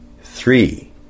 three